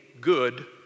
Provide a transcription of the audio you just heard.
good